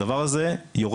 הדבר הזה יורד.